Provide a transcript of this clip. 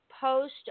post